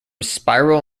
spiral